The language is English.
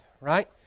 right